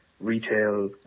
retail